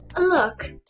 Look